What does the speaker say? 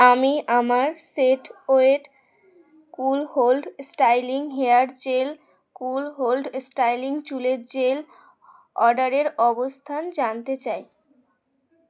আমি আমার set wet cool hold styling hair gel cool hold styling চুলের gel অর্ডারের অবস্থান জানতে চাই